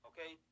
Okay